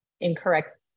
incorrect